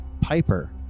Piper